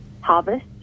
Harvest